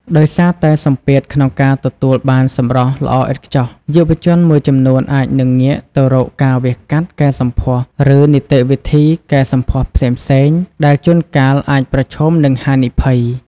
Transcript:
ដោយសារតែសម្ពាធក្នុងការទទួលបានសម្រស់ល្អឥតខ្ចោះ យុវជនមួយចំនួនអាចនឹងងាកទៅរកការវះកាត់កែសម្ផស្ស ឬនីតិវិធីកែសម្ផស្សផ្សេងៗ ដែលជួនកាលអាចប្រឈមនឹងហានិភ័យ។